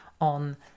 on